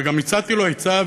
וגם הצעתי לו עצה,